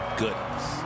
goodness